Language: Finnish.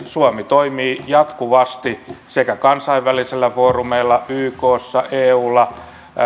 suomi toimii jatkuvasti sekä kansainvälisillä foorumeilla ykssa eussa